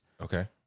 Okay